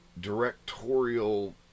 directorial